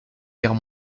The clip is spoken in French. guerre